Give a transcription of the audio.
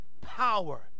Power